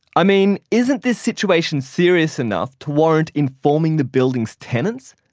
i mean isn't this situation serious enough to warrant informing the building's tenants?